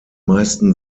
meisten